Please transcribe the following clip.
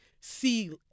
see